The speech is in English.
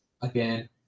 Again